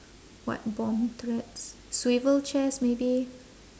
what bomb threats swivel chairs maybe